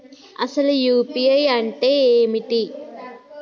అసలు యూ.పీ.ఐ అంటే ఏమిటి?